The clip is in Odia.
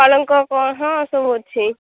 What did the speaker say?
ପଲଙ୍କ ହଁ ସବୁ ଅଛି